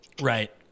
Right